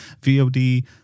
VOD